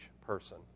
person